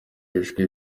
ijwi